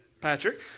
Patrick